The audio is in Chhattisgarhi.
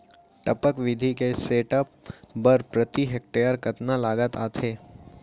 टपक विधि के सेटअप बर प्रति हेक्टेयर कतना लागत आथे?